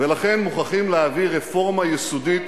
ולכן מוכרחים להעביר רפורמה יסודית